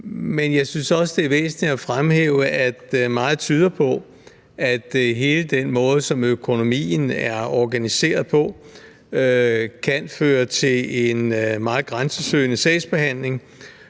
men jeg synes også, det er væsentligt at fremhæve, at meget tyder på, at hele den måde, som økonomien er organiseret på, kan føre til en meget grænsesøgende sagsbehandling,